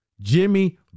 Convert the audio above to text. Jimmy